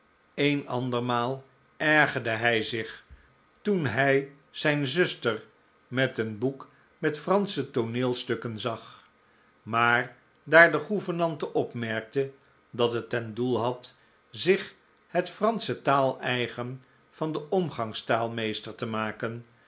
een andermaal ergerde hij zich toen hij zijn zuster met een boek met fransche tooneelstukken zag maar daar de gouvernante opmerkte dat het ten doel had zich het fransche taaleigen van de omgangstaal mcestcr te maken